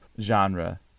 genre